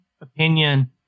opinion